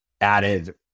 added